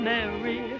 Mary